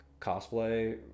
cosplay